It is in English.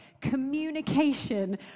communication